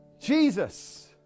Jesus